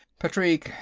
patrique,